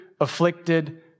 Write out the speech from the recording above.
afflicted